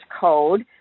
code